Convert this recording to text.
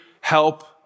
help